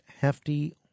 hefty